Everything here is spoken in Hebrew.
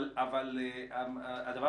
אבל הדבר